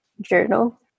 journal